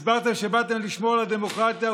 הסברתם שבאתם לשמור על הדמוקרטיה,